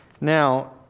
Now